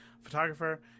photographer